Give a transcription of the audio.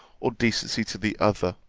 or decency to the other,